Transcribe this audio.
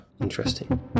Interesting